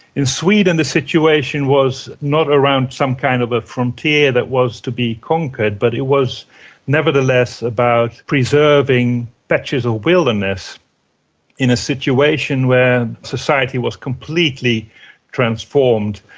in sweden the situation was not around some kind of a frontier that was to be conquered, but it was nevertheless about preserving patches of wilderness in a situation where society was completely transformed.